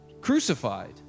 crucified